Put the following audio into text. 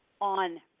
on